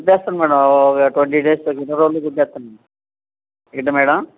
కుట్టేస్తాను madam ఒక twenty days దగ్గరలో కుట్టేస్తాను ఏంటి మేడమ్